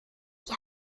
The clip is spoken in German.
die